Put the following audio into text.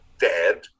dead